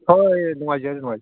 ꯍꯣꯏ ꯅꯨꯡꯉꯥꯏꯖꯔꯦ ꯅꯨꯡꯉꯥꯏꯖꯔꯦ